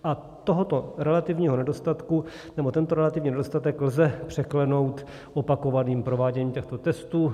A tohoto relativního nedostatku, nebo tento relativní nedostatek lze překlenout opakovaným prováděním těchto testů.